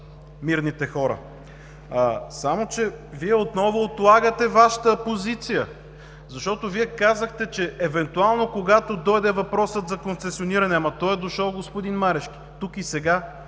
мирните хора. Само че Вие отново отлагате Вашата позиция, защото казахте, че евентуално когато дойде въпросът за концесиониране – ама, той е дошъл, господин Марешки, тук и сега!